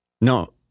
No